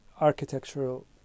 architectural